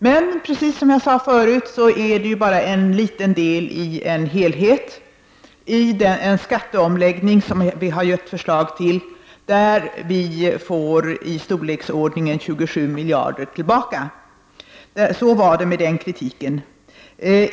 Men — som jag tidigare sade — är detta bara en liten del i den helhet som vårt förslag till ny skatteomläggning utgör, där vi får i storleksordningen 27 miljarder tillbaka. Så var det med den kritiken.